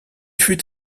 fut